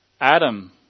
Adam